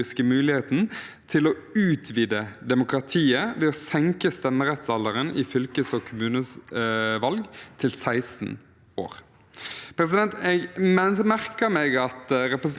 år. Jeg merket meg at representanten Jaffery signaliserer at Arbeiderpartiet kan glede seg til at flere partier snur,